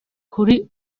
kuri